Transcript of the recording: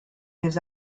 his